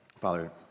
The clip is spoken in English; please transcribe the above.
Father